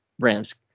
Rams